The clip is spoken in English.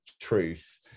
truth